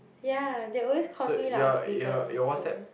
ya they always call me loud speaker in school